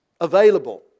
available